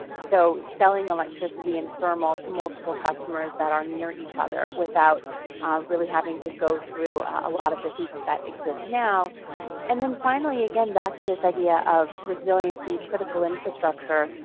so, selling electricity and thermal to multiple customers that are near each other without really having to go through a lot of the hoops that exist now and then finally again back to this idea of resiliency critical infrastructure,